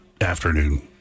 afternoon